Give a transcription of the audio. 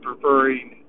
preferring